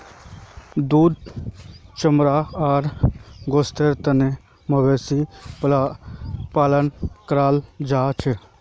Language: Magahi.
दूध चमड़ा आर गोस्तेर तने मवेशी पालन कराल जाछेक